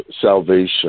salvation